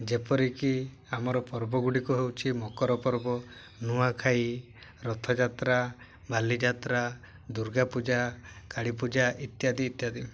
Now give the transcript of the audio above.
ଯେପରିକି ଆମର ପର୍ବ ଗୁଡ଼ିକ ହଉଛି ମକର ପର୍ବ ନୂଆଖାଇ ରଥଯାତ୍ରା ବାଲିଯାତ୍ରା ଦୁର୍ଗାପୂଜା କାଳୀପୂଜା ଇତ୍ୟାଦି ଇତ୍ୟାଦି